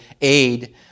aid